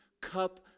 cup